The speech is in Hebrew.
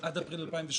עד אפריל 2017